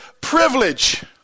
privilege